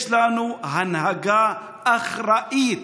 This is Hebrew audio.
יש לנו הנהגה אחראית,